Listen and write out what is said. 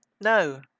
No